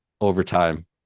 overtime